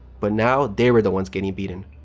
but now, they were the ones getting beaten.